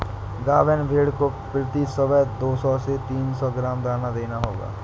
गाभिन भेड़ को प्रति सुबह दो सौ से तीन सौ ग्राम दाना देना चाहिए